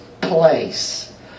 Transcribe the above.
place